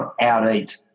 out-eat